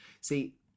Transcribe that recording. See